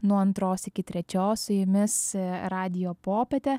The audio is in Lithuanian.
nuo antros iki trečios su jumis radijo popietė